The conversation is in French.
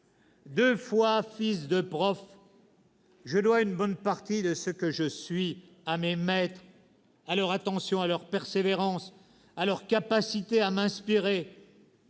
Deux fois fils de prof, je dois une bonne partie de ce que je suis à mes maîtres, à leur attention, leur persévérance et leur capacité à m'inspirer.